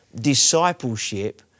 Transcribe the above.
discipleship